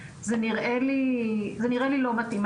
זה נראה לי לא מתאים.